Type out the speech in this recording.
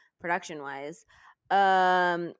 production-wise